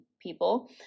people